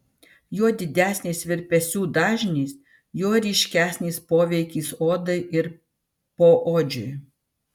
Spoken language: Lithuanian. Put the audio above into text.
juo didesnis virpesių dažnis juo ryškesnis poveikis odai ir poodžiui